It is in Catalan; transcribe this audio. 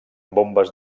bombes